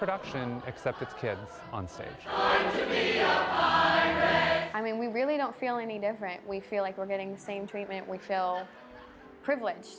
production except the kids on stage i mean we really don't feel any different we feel like we're getting same treatment we feel privileged